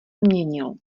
změnil